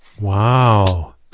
Wow